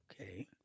Okay